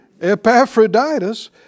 Epaphroditus